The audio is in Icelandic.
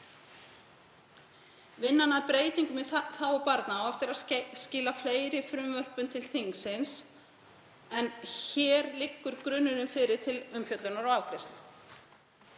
Vinnan að breytingum í þágu barna á eftir að skila fleiri frumvörpum til þingsins en hér liggur fyrir grunnurinn til umfjöllunar og afgreiðslu.